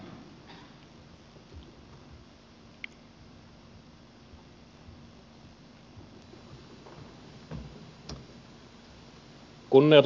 kunnioitettu puhemies